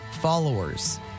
followers